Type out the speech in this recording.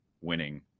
winning